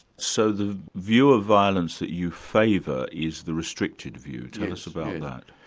so the view of violence that you favour is the restricted view. tell us about that.